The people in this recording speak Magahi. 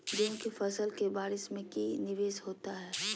गेंहू के फ़सल के बारिस में की निवेस होता है?